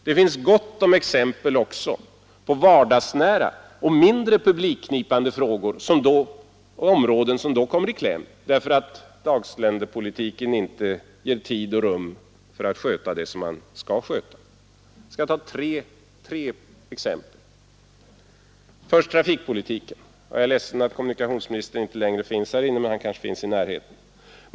Det finns gott om exempel på mindre publikknipande och vardagsnära frågor som kommer i kläm, därför att dagsländepolitiken inte ger regeringen tid och rum att sköta det som skall skötas. Jag skall ta tre sådana exempel. Det första gäller trafikpolitiken. Jag är ledsen över att kommunikationsministern inte längre är inne i kammaren, men han kanske finns i närheten.